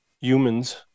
Humans